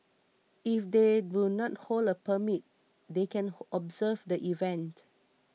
if they do not hold a permit they can observe the event